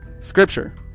scripture